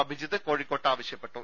അഭിജിത് കോഴിക്കോട്ട് ആവശ്യപ്പെട്ടു